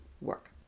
work